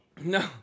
No